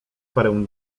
parę